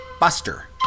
Buster